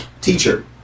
teacher